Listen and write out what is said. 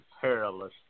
perilous